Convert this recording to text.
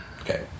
Okay